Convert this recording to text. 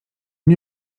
nie